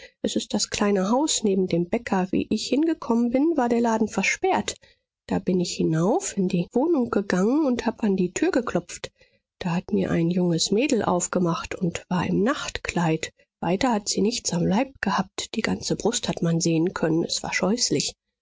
es ist das kleine haus neben dem bäcker wie ich hingekommen bin war der laden versperrt da bin ich hinauf in die wohnung gegangen und hab an die tür geklopft da hat mir ein junges mädle aufgemacht und war im nachtkleid weiter hat sie nichts am leib gehabt die ganze brust hat man sehen können es war scheußlich